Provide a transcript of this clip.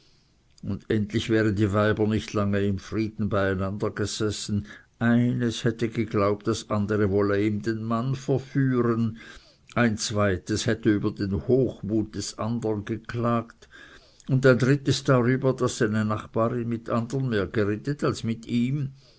und endlich wären die weiber nicht lange im frieden bei einander gesessen eines hätte geglaubt das andere wolle ihm den mann verführen ein zweites hätte über hochmut des andern geklagt und ein drittes darüber daß seine nachbarin mit anderen mehr geredet als mit ihm